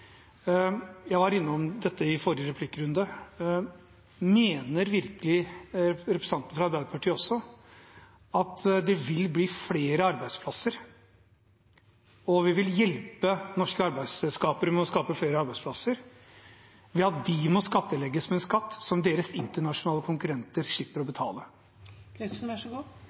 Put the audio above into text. Jeg var innom dette i forrige replikkrunde. Mener virkelig representanten fra Arbeiderpartiet at det vil bli flere arbeidsplasser, og at vi vil hjelpe norske selskaper med å skape flere arbeidsplasser ved at selskapene skattlegges med en skatt som deres internasjonale konkurrenter slipper å